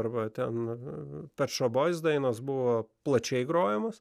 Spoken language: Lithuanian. arba ten pet shpo boys dainos buvo plačiai grojamos